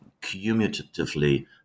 cumulatively